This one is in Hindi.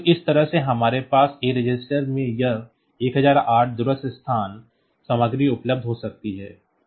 तो इस तरह से हमारे पास A रजिस्टर में यह 1008 दूरस्थ स्थान सामग्री उपलब्ध हो सकती है